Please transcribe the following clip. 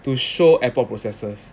to show airport processes